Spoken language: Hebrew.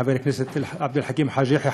חבר הכנסת עבד אל חכים חאג' יחיא,